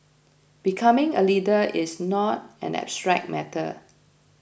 becoming a leader is not an abstract matter